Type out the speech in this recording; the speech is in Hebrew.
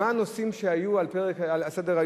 מה הנושאים שהיו על סדר-היום.